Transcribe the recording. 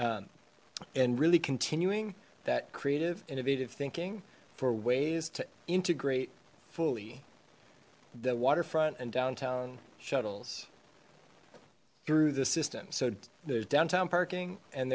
routes and really continuing that creative innovative thinking for ways to integrate fully the waterfront and downtown shuttles through the system so there's downtown parking and